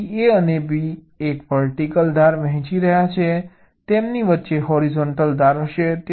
તેથી A અને B એક વર્ટિકલ ધાર વહેંચી રહ્યાં છે તેમની વચ્ચે હોરિઝોન્ટલ ધાર હશે